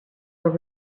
were